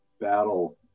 battle